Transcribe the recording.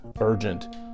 urgent